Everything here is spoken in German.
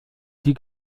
die